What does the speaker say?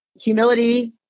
humility